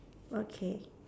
okay